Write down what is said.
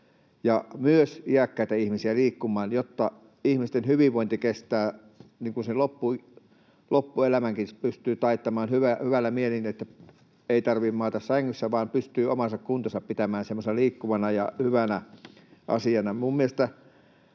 ja myös iäkkäitä ihmisiä liikkumaan, jotta ihmisten hyvinvointi kestää loppuelämänkin, niin että sen pystyy taittamaan hyvillä mielin, että ei tarvitse maata sängyssä, vaan pystyy oman kuntonsa pitämään semmoisena liikkuvana ja hyvänä asiana.